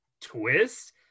twist